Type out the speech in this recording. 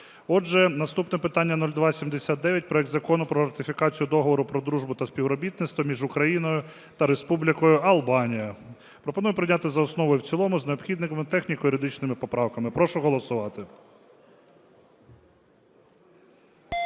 Отже, наступне питання 0279: проект Закону про ратифікацію Договору про дружбу та співробітництво між Україною та Республікою Албанія. Пропоную прийняти за основу і в цілому з необхідними техніко-юридичними поправками. Прошу голосувати.